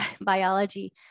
biology